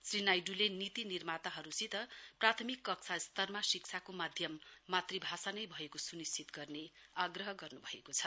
श्री नाइड्ले नीति निर्माताहरूसित प्राथमिक कक्षा स्तरमा शिक्षाको माध्यम मातृभाषानै भएको सुनिश्चित गर्ने आग्रह गर्नुभएको छ